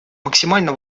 максимально